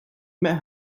met